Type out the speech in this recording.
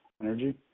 energy